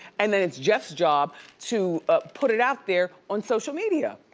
and then it's jeff's job to put it out there on social media,